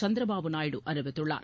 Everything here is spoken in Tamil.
சந்திரபாபு நாயுடு அறிவித்துள்ளார்